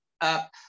up